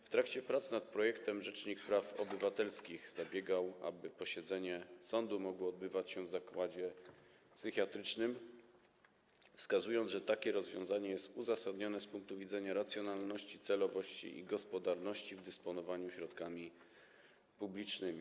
W trakcie prac nad projektem rzecznik praw obywatelskich zabiegał, aby posiedzenie sądu mogło odbywać się w zakładzie psychiatrycznym, wskazując że takie rozwiązanie jest uzasadnione z punktu widzenia racjonalności, celowości i gospodarności w dysponowaniu środkami publicznymi.